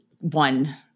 one